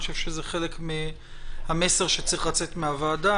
אני חושב שזה חלק מהמסר שצריך לצאת מהוועדה,